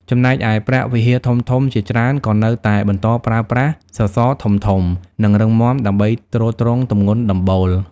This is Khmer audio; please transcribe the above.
ចំណែកឯ ព្រះវិហារធំៗជាច្រើន ក៏នៅតែបន្តប្រើប្រាស់ សសរធំៗ និងរឹងមាំ ដើម្បីទ្រទ្រង់ទម្ងន់ដំបូល។